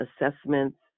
assessments